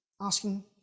asking